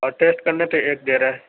اور ٹیسٹ کرنے پہ ایک دے رہے ہیں